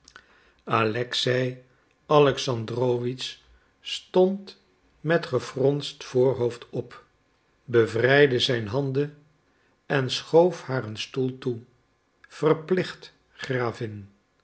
alexei alexandrowitsch stond met gefronst voorhoofd op bevrijdde zijn handen en schoof haar een stoel toe verplicht gravin